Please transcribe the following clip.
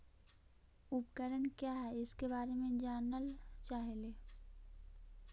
उपकरण क्या है इसके बारे मे जानल चाहेली?